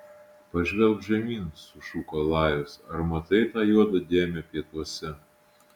pažvelk žemyn sušuko lajus ar matai tą juodą dėmę pietuose